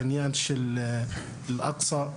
אני חושב שהעניין של אל אקצה,